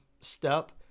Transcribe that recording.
step